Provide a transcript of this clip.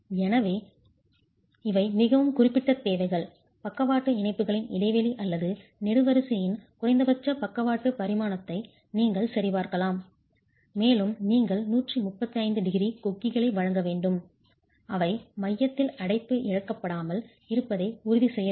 எனவே இவை மிகவும் குறிப்பிட்ட தேவைகள் பக்கவாட்டு இணைப்புகளின் இடைவெளி அல்லது நெடுவரிசையின் குறைந்தபட்ச பக்கவாட்டு பரிமாணத்தை நீங்கள் சரிபார்க்கலாம் மேலும் நீங்கள் 135 டிகிரி கொக்கிகளை வழங்க வேண்டும் அவை மையத்தில் அடைப்பு இழக்கப்படாமல் இருப்பதை உறுதி செய்ய வேண்டும்